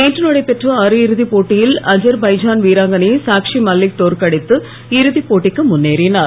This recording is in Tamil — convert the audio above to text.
நேற்று நடைபெற்ற அரையிறுதிப் போட்டியில் அஜர்பைஜான் வீராங்கனையை சாக்ஷி மல்லிக் தோற்கடித்து இறுதிப் போட்டிக்கு முன்னேறினார்